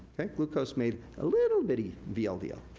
glucose made a little bitty vldl.